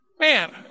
Man